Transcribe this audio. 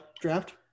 draft